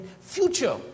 future